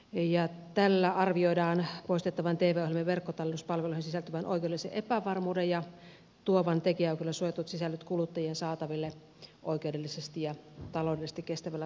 tämän arvioidaan poistavan tv ohjelmien verkkotallennuspalveluihin sisältyvän oikeudellisen epävarmuuden ja tuovan tekijänoikeudella suojatut sisällöt kuluttajien saataville oikeudellisesti ja taloudellisesti kestävällä tavalla